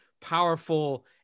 powerful